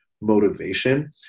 motivation